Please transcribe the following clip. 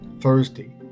Thursday